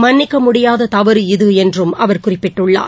மன்னிக்க முடியாத தவறு இது என்றும் அவர் குறிப்பிட்டுள்ளார்